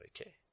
Okay